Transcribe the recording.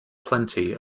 plenty